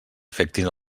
afectin